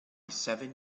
seven